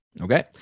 okay